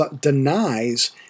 denies